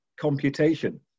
computation